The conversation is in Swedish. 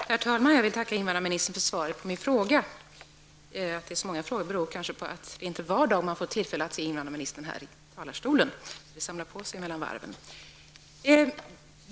Herr talman! Jag vill tacka invandrarministern för svaret på min fråga. Att mina frågor är så många beror på att det inte är var dag som man får tillfälle att se invandrarministern här i talarstolen. Det samlar ihop sig några frågor mellan varven.